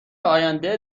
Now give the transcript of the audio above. آینده